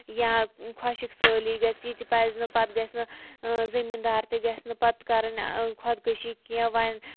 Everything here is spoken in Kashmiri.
یا خۄشک سٲلی گژھِ یہِ تہِ پَزِ نہٕ پَتہٕ گژھِ نہٕ زٔمیٖن دار تہِ گژھِ نہٕ پَتہٕ کَرٕنۍ خۄدکشی کیٚنٛہہ وۄنۍ